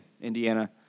Indiana